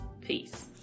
Peace